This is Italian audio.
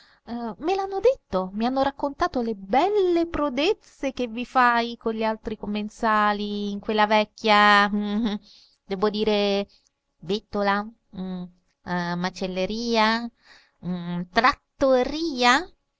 padova me l'hanno detto e mi hanno raccontato le belle prodezze che vi fai con gli altri commensali in quella vecchia debbo dire bettola macelleria trattoria